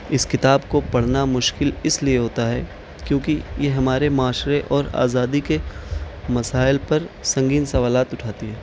اس کتاب کو پڑھنا مشکل اس لیے ہوتا ہے کیونکہ یہ ہمارے معاشرے اور آزادی کے مسائل پر سنگین سوالات اٹھاتی ہے